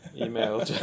email